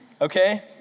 okay